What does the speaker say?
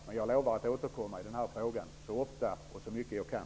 Men jag lovar att återkomma i den här frågan så ofta och så mycket jag kan.